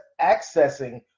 accessing